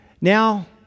Now